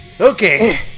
Okay